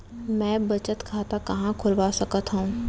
मै बचत खाता कहाँ खोलवा सकत हव?